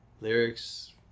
lyrics